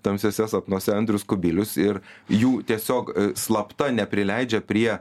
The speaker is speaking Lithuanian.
tamsiuose sapnuose andrius kubilius ir jų tiesiog slapta neprileidžia prie